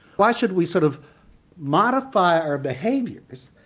why should we sort of modify our behaviours